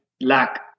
lack